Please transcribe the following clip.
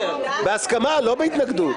--- בהסכמה, לא בהתנגדות.